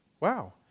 Wow